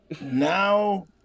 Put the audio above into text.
Now